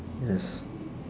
yes